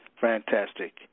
Fantastic